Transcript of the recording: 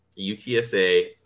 UTSA